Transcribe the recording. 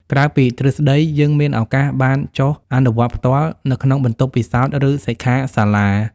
ក្រៅពីទ្រឹស្តី យើងមានឱកាសបានចុះអនុវត្តផ្ទាល់នៅក្នុងបន្ទប់ពិសោធន៍ ឬសិក្ខាសាលា។